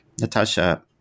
Natasha